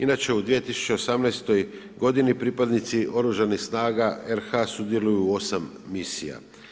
Inače, u 2018.g. pripadnici oružanih snaga RH sudjeluju u 8 misija.